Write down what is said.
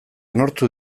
nortzuk